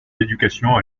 l’éducation